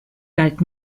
galt